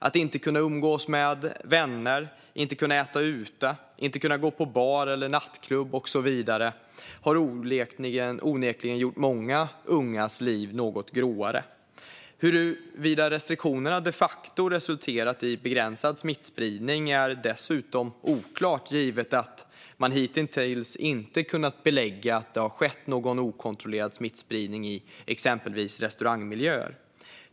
Att inte kunna umgås med vänner, inte kunna äta ute, inte kunna gå på bar eller nattklubb och så vidare har onekligen gjort många ungas liv något gråare. Huruvida restriktionerna de facto resulterat i begränsad smittspridning är dessutom oklart givet att man hitintills inte kunnat belägga att det har skett någon okontrollerad smittspridning i exempelvis restaurangmiljöer.